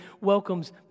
welcomes